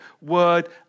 word